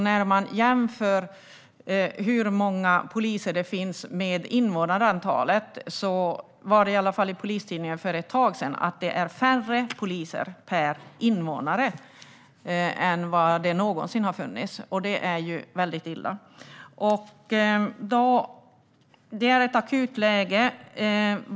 När man jämför antalet poliser med invånarantalet är det alltså, enligt vad som stod i Polistidningen för ett tag sedan, färre poliser per invånare än någonsin tidigare. Det är väldigt illa. Det är ett akut läge.